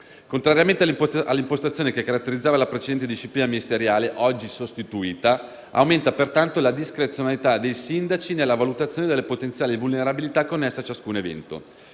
Contrariamente all'impostazione che caratterizzava la precedente disciplina ministeriale, oggi sostituita, aumenta, pertanto, la discrezionalità dei sindaci nella valutazione delle potenziali vulnerabilità connesse a ciascun evento.